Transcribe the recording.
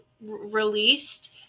released